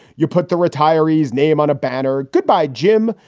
you put the retirees name on a banner. goodbye, jim.